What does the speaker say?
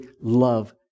love